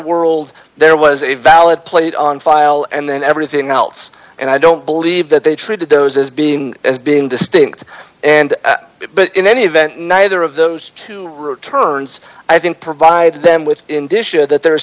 world there was a valid played on file and then everything else and i don't believe that they treated those as being as being distinct and in any event neither of those two returns i think provide them with in disha that there is